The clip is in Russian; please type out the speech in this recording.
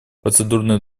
процедурные